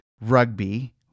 rugby